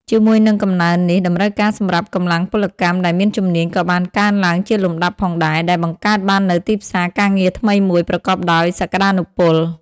ជាមួយនឹងកំណើននេះ តម្រូវការសម្រាប់កម្លាំងពលកម្មដែលមានជំនាញក៏បានកើនឡើងជាលំដាប់ផងដែរ ដែលបង្កើតបាននូវទីផ្សារការងារថ្មីមួយប្រកបដោយសក្តានុពល។